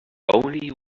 only